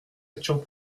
lecture